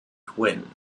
twin